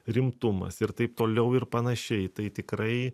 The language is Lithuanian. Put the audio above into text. rimtumas ir taip toliau ir panašiai tai tikrai